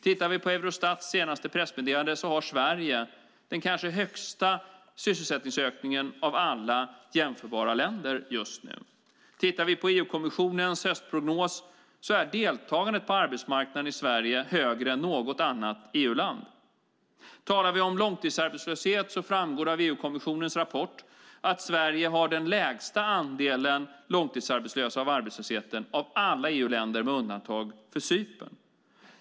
Tittar vi på Eurostats senaste pressmeddelande ser vi att Sverige har den kanske högsta sysselsättningsökningen av alla jämförbara länder just nu. Tittar vi på EU-kommissionens höstprognos kan vi notera att deltagandet på arbetsmarknaden i Sverige är högre än i något annat EU-land. Talar vi om långtidsarbetslöshet framgår det av EU-kommissionens rapport att Sverige har den lägsta andelen långtidsarbetslösa i arbetslösheten av alla EU-länder med undantag för Cypern.